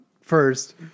first